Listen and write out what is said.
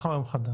מחר יום חדש.